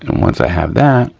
and once i have that,